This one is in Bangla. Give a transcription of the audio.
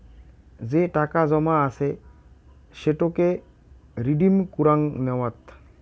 যে টাকা জমা আছে সেটোকে রিডিম কুরাং নেওয়াত